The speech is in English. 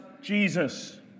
Jesus